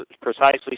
precisely